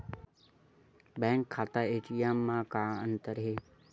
Bank खाता ATM मा का अंतर हे?